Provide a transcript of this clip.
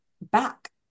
back